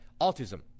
autism